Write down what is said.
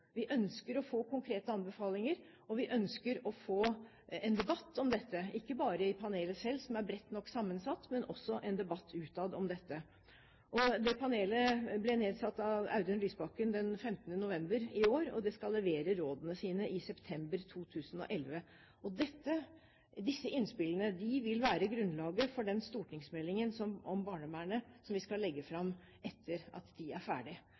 Vi ønsker å få konkrete anbefalinger, og vi ønsker å få en debatt om dette – ikke bare i panelet selv, som er bredt nok sammensatt, men også en debatt utad om dette. Det panelet ble nedsatt av Audun Lysbakken den 15. november i år, og det skal levere rådene sine i september 2011. Disse innspillene vil være grunnlaget for den stortingsmeldingen om barnevernet som vi skal legge fram etter at de er ferdig.